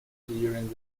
during